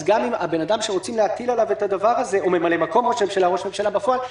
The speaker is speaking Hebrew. ממלא מקום ראש הממשלה או ראש ממשלה בפועל,